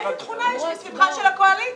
תראה איזו תכונה יש מסביבך של הקואליציה,